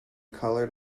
coloured